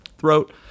throat